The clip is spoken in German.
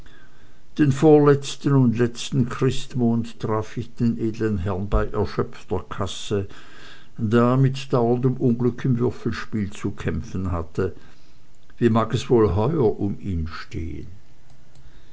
den vorletzten und letzten christmond traf ich den edeln herrn bei erschöpfter kasse da er mit dauerndem unglück im würfelspiel zu kämpfen hatte wie mag es wohl heuer um ihn stehen